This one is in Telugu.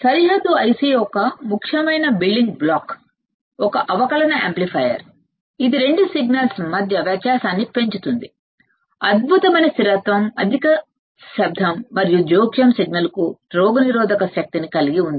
IC యొక్క ముఖ్యమైన బిల్డింగ్ బ్లాక్ ఒక అవకలన యాంప్లిఫైయర్ ఇది రెండు సంకేతాల మధ్య వ్యత్యాసాన్ని యాంప్లిఫై చేస్తుంది అద్భుతమైన స్థిరత్వం నాయిస్ మరియు ఇంటరెఫరెన్సు సిగ్నల్ కి అధిక ఇమ్మ్యూనిటీ కలిగి ఉంది